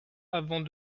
avant